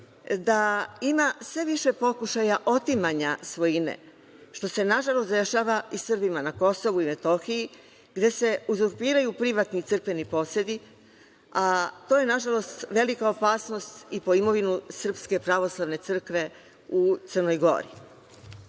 da ima sve više pokušaja otimanja svojine, što se, nažalost, dešava i Srbima na Kosovu i Metohiji, gde se uzurpiraju privatni crkveni posedi, a to je, nažalost, velika opasnost i po imovinu SPC u Crnoj Gori. Naš